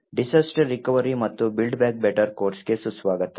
disaster recovery ಮತ್ತು build back better ಕೋರ್ಸ್ಗೆ ಸುಸ್ವಾಗತ